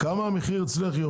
כמה יורד המחיר אצלך?